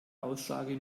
aussage